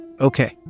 Okay